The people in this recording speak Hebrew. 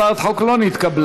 הצעת החוק לא נתקבלה.